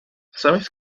sabes